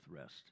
rest